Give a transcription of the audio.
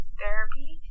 therapy